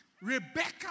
Rebecca